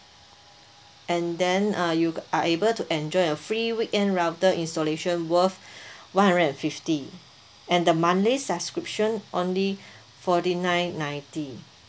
and then uh you are able to enjoy a free weekend router installation worth one hundred fifty and the monthly subscription only forty nine ninety